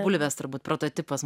bulvės turbūt prototipas